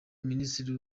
minisitiri